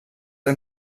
ein